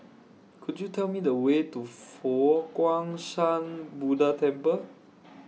Could YOU Tell Me The Way to Fo Guang Shan Buddha Temple